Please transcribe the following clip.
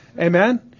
Amen